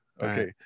okay